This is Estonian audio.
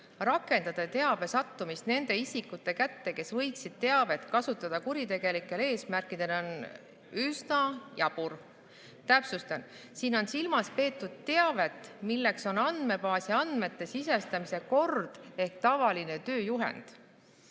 raskendada teabe sattumist nende isikute kätte, kes võiksid teavet kasutada kuritegelikel eesmärkidel, on üsna jabur. Täpsustan, et siin on silmas peetud teavet, milleks on andmebaasi andmete sisestamise kord ehk tavaline tööjuhend.